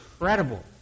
incredible